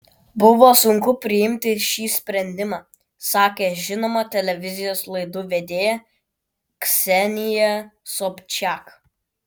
buvo sunku priimti šį sprendimą sakė žinoma televizijos laidų vedėja ksenija sobčiak